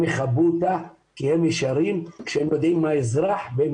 יכבו אותה כי הם ישרים כשהם יודעים מי האזרח והם